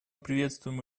приветствуем